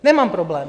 Nemám problém.